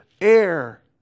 air